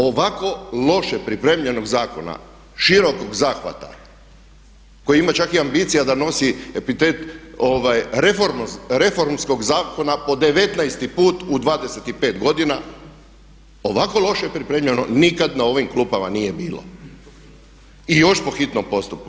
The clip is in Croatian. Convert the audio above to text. Ovako loše pripremljen zakon širokog zahvata koji ima čak i ambicija da nosi epitet reformskog zakona po 19 puta u 25 godina, ovako loše pripremljeno nikad na ovim klupama nije bilo i još po hitnom postupku.